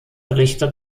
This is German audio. richter